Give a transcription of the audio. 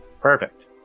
Perfect